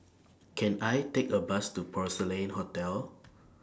Can I Take A Bus to Porcelain Hotel